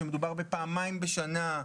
שמדובר בפעמיים בשנה,